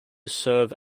serve